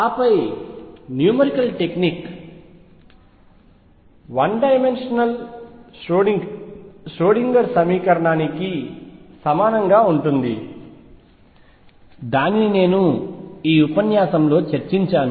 ఆపై numerical technique 1 dimensional Schrodinger సమీకరణానికి సమానంగా ఉంటుంది దానిని నేను ఈ ఉపన్యాసంలో చర్చించాను